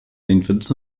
vincent